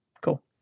cool